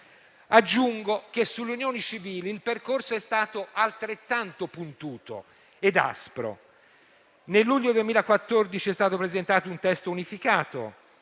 Aggiungo che sulle unioni civili il percorso è stato altrettanto puntuto ed aspro: nel luglio 2014 è stato presentato un testo unificato,